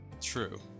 True